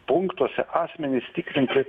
punktuose asmenys tikrinti